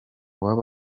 waba